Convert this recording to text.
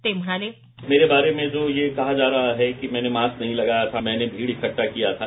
ते म्हणाले मेरे बारे में जो कहां जा रहां है की मैने मास्क नहीं लगाया था मैने भीड इकड्रा किया था